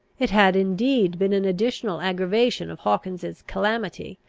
it had indeed been an additional aggravation of hawkins's calamity,